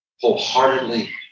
wholeheartedly